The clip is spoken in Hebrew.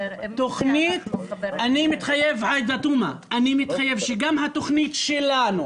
אני מתחייב שגם התוכנית שלנו,